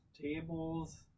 tables